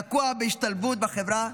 תקוע בהשתלבות בחברה.